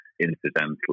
incidentally